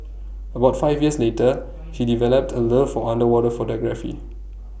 about five years later he developed A love for underwater photography